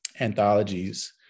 anthologies